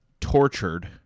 tortured